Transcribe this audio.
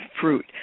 fruit